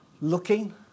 looking